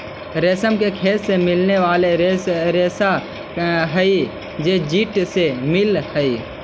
रेशम के खेत से मिले वाला रेशा हई जे कीट से मिलऽ हई